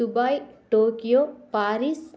Dubai Tokyo Paris